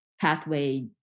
pathway